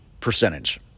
percentage